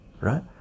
right